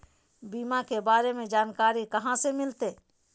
बीमा के बारे में जानकारी कहा से मिलते?